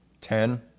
ten